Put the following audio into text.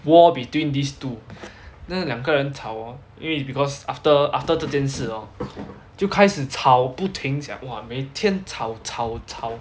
war between these two 那两个人吵 orh 因为 because after after 这件事 lor 就开始吵不停 sia !wah! 每天吵吵吵